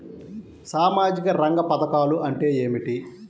సామాజిక రంగ పధకాలు అంటే ఏమిటీ?